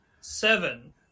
Seven